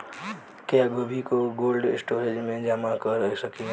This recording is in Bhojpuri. क्या गोभी को कोल्ड स्टोरेज में जमा कर सकिले?